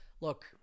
look